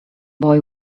boy